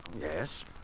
Yes